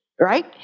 right